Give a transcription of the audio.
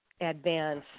advance